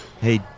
Hey